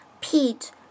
Pete